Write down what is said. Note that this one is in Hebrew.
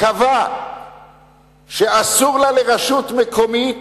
קבע שאסור לה לרשות מקומית